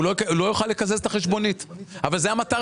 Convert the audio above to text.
הוא לא יוכל לקזז את החשבונית אבל זו המטרה.